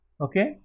Okay